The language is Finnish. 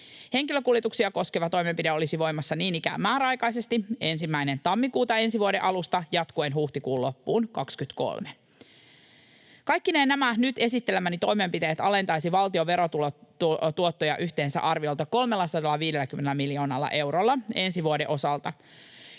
Henkilökuljetuksia koskeva toimenpide olisi voimassa niin ikään määräaikaisesti, 1. tammikuuta ensi vuoden alusta jatkuen huhtikuun loppuun 23. Kaikkineen nämä nyt esittelemäni toimenpiteet alentaisivat valtion verotuottoja yhteensä arviolta 350 miljoonalla eurolla ensi vuoden osalta